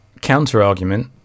Counter-argument